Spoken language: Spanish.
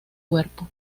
cuerpo